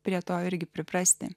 prie to irgi priprasti